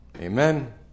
Amen